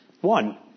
One